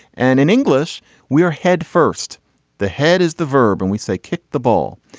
and in english we are head first the head is the verb and we say kick the ball.